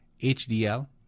HDL